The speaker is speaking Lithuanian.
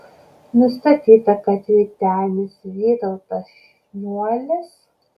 nustatyta kad vytenis vytautas šniuolis